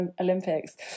Olympics